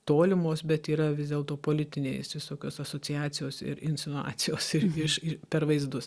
tolimos bet yra vis dėlto politinės visokios asociacijos ir insinuacijos ir iš per vaizdus